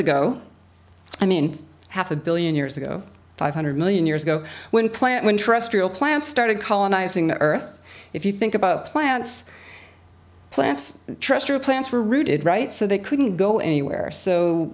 ago i mean half a billion years ago five hundred million years ago when plant when trust plants started colonizing the earth if you think about plants plants trustor plants were rooted right so they couldn't go anywhere so